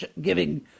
giving